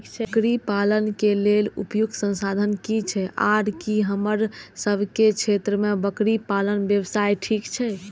बकरी पालन के लेल उपयुक्त संसाधन की छै आर की हमर सब के क्षेत्र में बकरी पालन व्यवसाय ठीक छै?